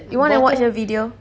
you want to watch the video